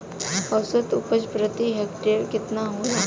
औसत उपज प्रति हेक्टेयर केतना होला?